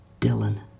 Dylan